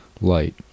Light